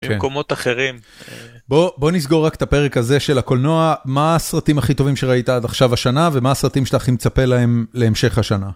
במקומות אחרים. בא נסגור רק את הפרק הזה של הקולנוע, מה הסרטים הכי טובים שראית עד עכשיו השנה, ומה הסרטים שאתה הכי מצפה להם להמשך השנה.